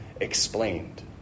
explained